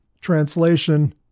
Translation